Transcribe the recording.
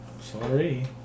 Sorry